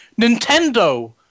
Nintendo